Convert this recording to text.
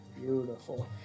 Beautiful